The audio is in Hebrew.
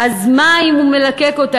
"אז מה אם הוא מלקק אותה?